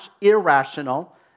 irrational